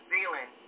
Zealand